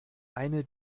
eine